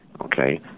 Okay